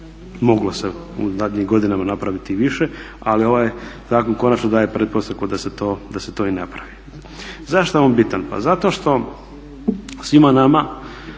moglo se u zadnjim godinama napraviti i više, ali ovaj zakon konačno daje pretpostavku da se to i napravi. Zašto je on bitan? Pa zato što svima nama